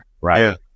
right